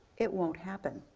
it won't happen.